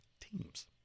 teams